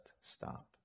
stop